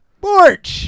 Borch